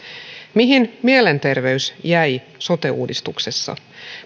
mihin mielenterveys jäi sote uudistuksessa